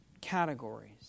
categories